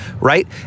right